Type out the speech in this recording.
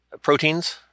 proteins